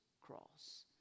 cross